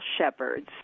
shepherds